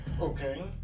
Okay